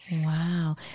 Wow